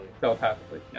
telepathically